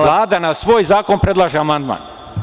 Vlada na svoj zakon predlaže amandman.